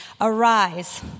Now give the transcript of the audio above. arise